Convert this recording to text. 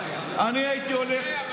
אני הייתי הולך,